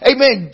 Amen